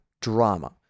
drama